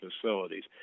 facilities